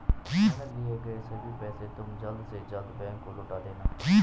ऋण लिए गए सभी पैसे तुम जल्द से जल्द बैंक को लौटा देना